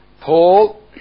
Paul